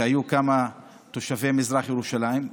והיו כמה תושבי מזרח ירושלים,